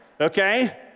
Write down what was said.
okay